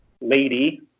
lady